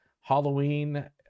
Halloween